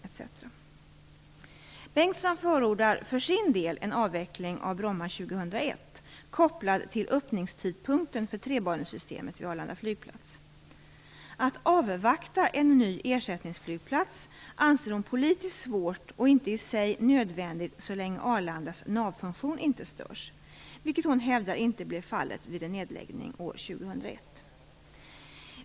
Marita Bengtsson förordar för sin del en avveckling av Bromma år 2001, kopplad till öppningstidpunkten för trebanesystemet vid Arlanda flygplats. Att avvakta en ny ersättningsflygplats anser hon politiskt svårt och inte i sig nödvändigt så länge Arlandas navfunktion inte störs, vilket hon hävdar inte blir fallet vid en nedläggning år 2001.